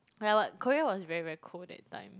ya but Korea was very very cold that time